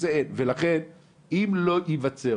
ולכן אם לא יווצר,